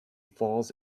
falls